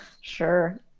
sure